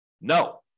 No